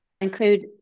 include